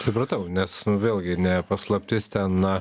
supratau nes vėlgi ne paslaptis ten